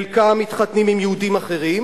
חלקם מתחתנים עם יהודים אחרים,